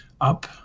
up